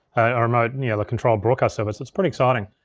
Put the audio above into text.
a remote, and yeah the control broadcast service. it's pretty exciting.